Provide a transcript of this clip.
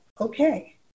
okay